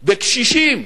בקשישים,